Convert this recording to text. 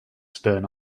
stern